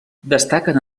destaquen